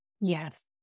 Yes